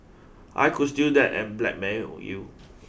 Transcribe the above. I could steal that and blackmail you